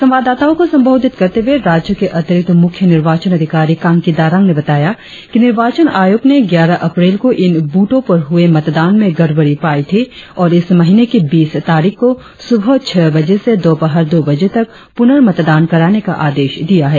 संवाददाताओं को संबोधित करते हुए राज्य के अतिरिक्त मुख्य निर्वाचन अधिकारी कांकी दारांग ने बताया कि निर्वाचन आयोग ने ग्यारह अप्रैल को इन बूथों पर हुए मतदान में गड़बड़ी पाई थी और इस महीने की बीस तातीख को सुबह छह बजे से दोपहर दो बजे तक प्रनर्मतदान कराने का आदेश दिया है